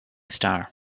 star